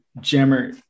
Jammer